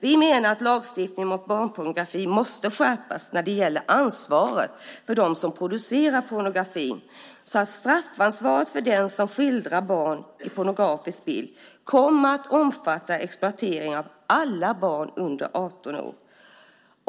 Vi menar att lagstiftningen mot barnpornografi måste skärpas när det gäller ansvaret för dem som producerar pornografin så att straffansvaret för den som skildrar barn i pornografisk bild kommer att omfatta exploatering av alla barn under 18 år.